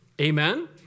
Amen